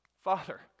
Father